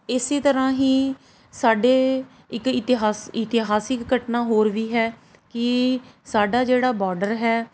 ਇਸੇ ਤਰ੍ਹਾਂ ਹੀ ਸਾਡੇ ਇੱਕ ਇਤਿਹਾਸ ਇਤਿਹਾਸਿਕ ਘਟਨਾ ਹੋਰ ਵੀ ਹੈ ਕਿ ਸਾਡਾ ਜਿਹੜਾ ਬੋਰਡਰ ਹੈ